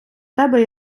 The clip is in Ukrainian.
тебе